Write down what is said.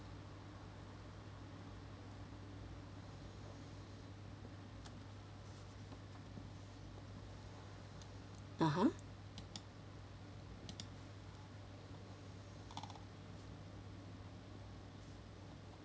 (uh huh)